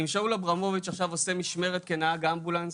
אם שאול אברמוביץ עכשיו עושה משמרת כנהג אמבולנס,